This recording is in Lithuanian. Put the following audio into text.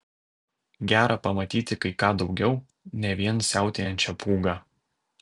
gera pamatyti kai ką daugiau ne vien siautėjančią pūgą